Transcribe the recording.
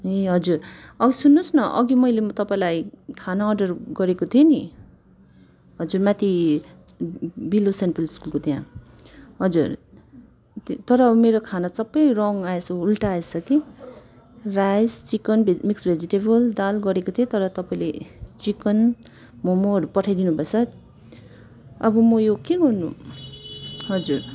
ए हजुर औ सुन्नु होस् न अघि मैले तपाईँलाई खाना अर्डर गरेको थिएँ नि हजुर माथि बिलो सेन्ट पावल्स स्कुलको त्यहाँ हजुर त तर मेरो खाना सबै रङ आएछ उल्टा आएछ कि rice chicken veg mix vegetable दाल गरेको थिएँ तर तपाईँले चिकन ममहरू पठाइदिनु भएछ अब म यो के गर्नु हजुर